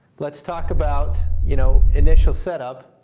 let's talk about you know initial set up.